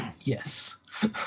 Yes